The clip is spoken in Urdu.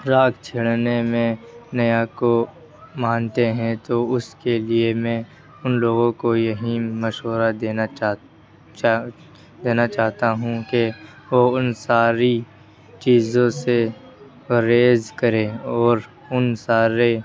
راگ چھیڑنے میں نیا کو مانتے ہیں تو اس کے لیے میں ان لوگوں کو یہیں مشورہ دینا چاہ دینا چاہتا ہوں کہ وہ ان ساری چیزوں سے پرہیز کریں اور ان سارے